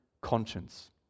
conscience